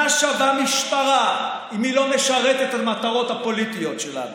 מה שווה משטרה אם היא לא משרתת את המטרות הפוליטיות שלנו?